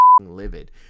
livid